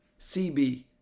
CB